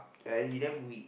he damn weak